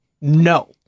No